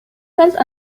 felt